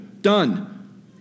done